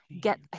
get